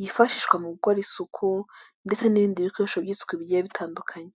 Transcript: yifashishwa mu gukora isuku ndetse n'ibindi bikoresho by'isuku bigiye bitandukanye.